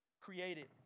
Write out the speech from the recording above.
created